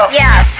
yes